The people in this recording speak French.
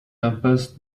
impasse